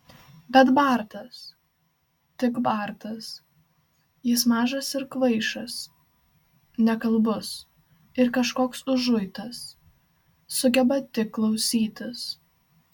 bet bartas tik bartas jis mažas ir kvaišas nekalbus ir kažkoks užuitas sugeba tik klausytis